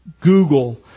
Google